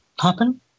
happen